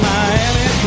Miami